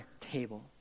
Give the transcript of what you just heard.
table